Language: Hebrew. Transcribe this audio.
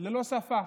ללא שפה,